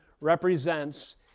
represents